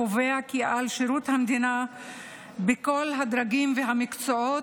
קובע כי על שירות המדינה בכלל הדרגים והמקצועות,